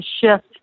shift